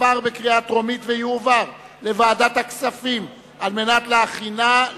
לדיון מוקדם בוועדת הכספים נתקבלה.